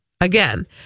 again